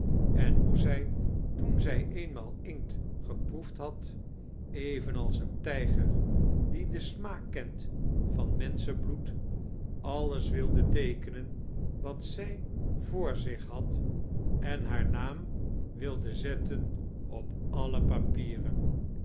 en hoe zij toen zij eenmaal inkt geproefd had evenals een tijger die den smaak kent van menschenbloed alles wilde teekemen wat zij voor zich had etn haar naam wilde zetten op alle papieren